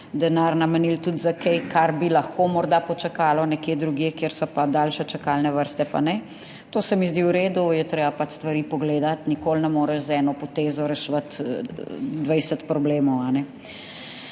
denar namenili tudi za kaj, kar bi lahko morda počakalo, nekje drugje, kjer so pa daljše čakalne vrste, pa ne. To se mi zdi v redu. Je treba pač stvari pogledati, nikoli ne moreš z eno potezo reševati 20 problemov.